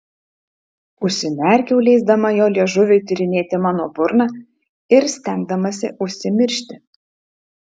užsimerkiau leisdama jo liežuviui tyrinėti mano burną ir stengdamasi užsimiršti